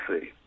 see